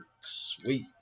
sweet